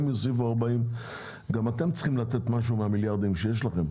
הם יוסיפו 40. גם אתם צריכים לתת משהו מהמיליארדים שיש לכם.